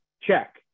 check